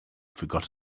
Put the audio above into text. forgot